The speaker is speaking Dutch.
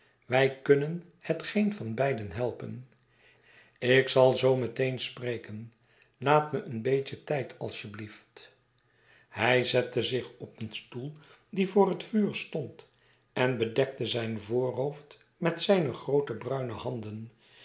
wij kunnen het geen van beiden helpen ik zal zoo met een spreken laat me een beetje tijd als je blieft hij zette zich op een stoel die voor hetvuur stond en bedekte zijn voorhoofd met zijne groote bruine handen